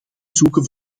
zoeken